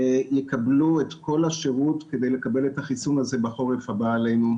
יקבלו את כל השירות כדי לקבל את החיסון הזה בחורף הבא עלינו,